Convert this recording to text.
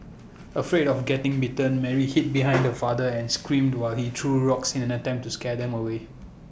afraid of getting bitten Mary hid behind her father and screamed while he threw rocks in an attempt to scare them away